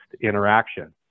interaction